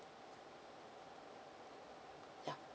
ya